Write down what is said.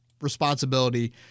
responsibility